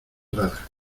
rara